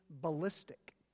ballistic